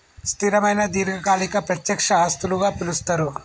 స్థిరమైన దీర్ఘకాలిక ప్రత్యక్ష ఆస్తులుగా పిలుస్తరు